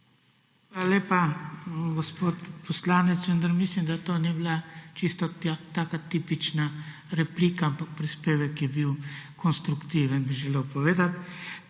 Hvala lepa, gospod poslanec. Vendar mislim, da to ni bila čisto taka tipična replika, ampak prispevek je bil konstruktiven, bi želel povedati.